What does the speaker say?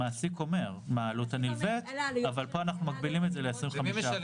המעסיק אומר מה העלות הנלווית אבל פה אנחנו מגבילים את זה ל-25%.